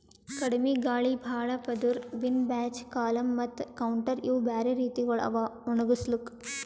ಕಡಿಮಿ ಗಾಳಿ, ಭಾಳ ಪದುರ್, ಬಿನ್ ಬ್ಯಾಚ್, ಕಾಲಮ್ ಮತ್ತ ಕೌಂಟರ್ ಇವು ಬ್ಯಾರೆ ರೀತಿಗೊಳ್ ಅವಾ ಒಣುಗುಸ್ಲುಕ್